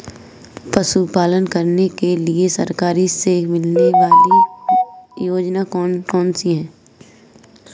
पशु पालन करने के लिए सरकार से मिलने वाली योजनाएँ कौन कौन सी हैं?